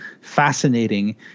fascinating